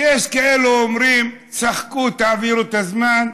ויש כאלה שאומרים: תשחקו, תעבירו את הזמן,